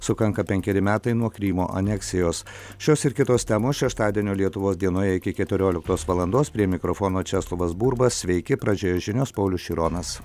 sukanka penkeri metai nuo krymo aneksijos šios ir kitos temos šeštadienio lietuvos dienoje iki keturioliktos valandos prie mikrofono česlovas burba sveiki pradžioje žinios paulius šironas